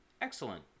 excellent